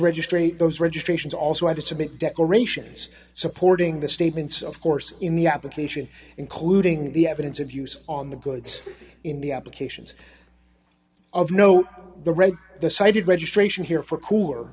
registry those registrations also had to submit declarations supporting the statements of course in the application including the evidence of use on the goods in the applications of no the reg the cited registration here for cooler